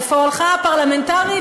לפועלך הפרלמנטרי,